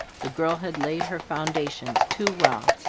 the girl had laid her foundations too well.